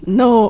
no